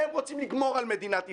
הם רוצים לגמור על מדינת ישראל.